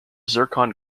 zircon